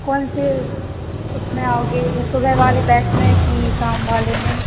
कौन से उसमें आओगे ये सुबह वाले बैच में की शाम वाले में